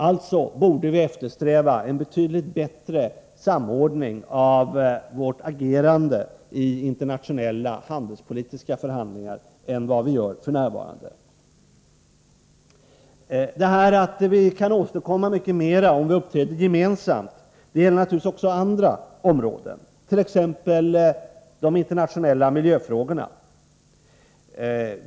Alltså borde vi eftersträva en betydligt bättre samordning av vårt agerande i internationella handelspolitiska förhandlingar än vad vi gör f.n. Att vi kan åstadkomma mycket mer om vi uppträder gemensamt gäller naturligtvis också andra områden, t.ex. de internationella miljöfrågorna.